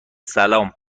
سلام